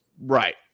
right